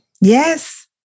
Yes